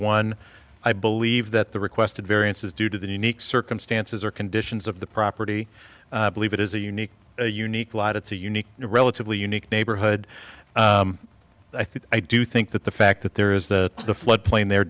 one i believe that the requested variance is due to the unique circumstances or conditions of the property believe it is a unique unique lot it's a unique relatively unique neighborhood i think i do think that the fact that there is the flood plain there